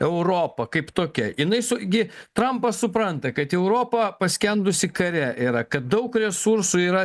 europa kaip tokia jinai su gi trampas supranta kad europa paskendusi kare yra kad daug resursų yra